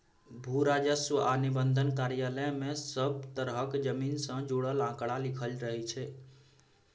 भू राजस्व आ निबंधन कार्यालय मे सब तरहक जमीन सँ जुड़ल आंकड़ा लिखल रहइ छै